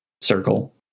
circle